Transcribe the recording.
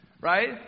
right